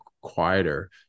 quieter